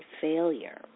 failure